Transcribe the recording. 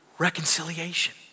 reconciliation